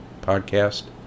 podcast